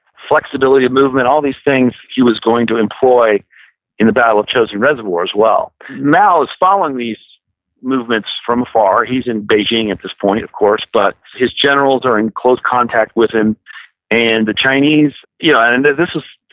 flexibility of movement. all these things, he was going to employ in the battle of chosin reservoir as well mao is following these movements from afar. he's in beijing at this point, of course. but his generals are in close contact with him and the chinese, yeah and and this is,